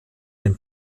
den